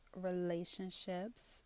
relationships